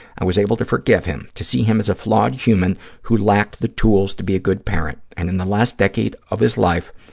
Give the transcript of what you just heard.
i was able to forgive him, to see him as a flawed human who lacked the tools to be a good parent, and in the last decade of his life,